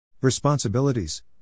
Responsibilities